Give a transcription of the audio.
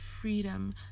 freedom